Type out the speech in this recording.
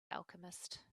alchemist